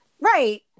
Right